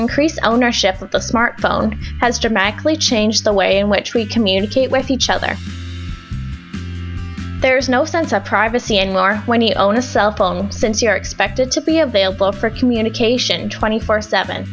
increased ownership of the smart phone has dramatically changed the way in which we communicate with each other there's no sense of privacy anymore when you own a cell phone since you are expected to be available for communication twenty four seven